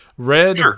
Red